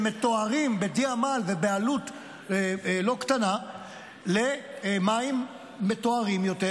שמטוהרים בדי עמל ובעלות לא קטנה למים מטוהרים יותר,